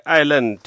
Island